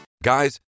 Guys